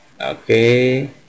Okay